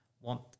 want